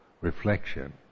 reflection